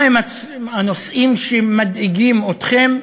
מה הם הנושאים שמדאיגים אתכם,